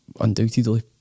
undoubtedly